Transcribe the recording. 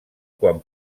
quan